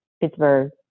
Pittsburgh